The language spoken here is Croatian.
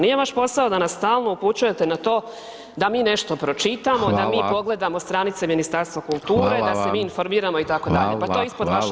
Nije vaš posao da nas stalno upućujete na to da mi nešto pročitamo, da mi pogledamo stranice Ministarstva kulture, da se mi informiramo itd., pa to je ispod vaše razine.